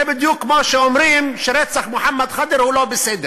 זה בדיוק כמו שאומרים שרצח מוחמד אבו ח'דיר לא בסדר